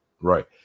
right